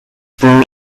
born